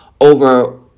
over